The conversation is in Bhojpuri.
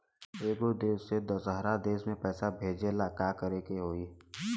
एगो देश से दशहरा देश मे पैसा भेजे ला का करेके होई?